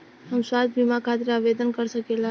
हम स्वास्थ्य बीमा खातिर आवेदन कर सकीला?